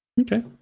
Okay